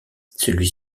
celui